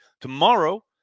tomorrow